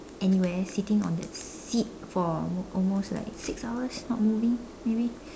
anywhere sitting on that seat for almost like six hours not moving maybe